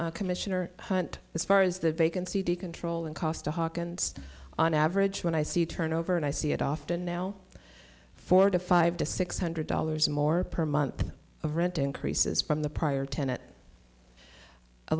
commissioner hunt as far as the vacancy decontrol in costa hawke and on average when i see turnover and i see it often now four to five to six hundred dollars more per month of rent increases from the prior tenet a